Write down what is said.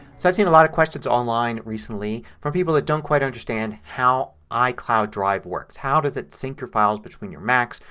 so i've seen a lot of questions online recently from people who don't quite understand how icloud drive works. how does it sync your files between your macs.